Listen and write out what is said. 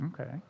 Okay